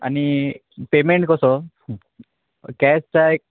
आनी पेमेंट कसो कॅश जाय